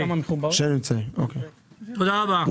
תודה רבה.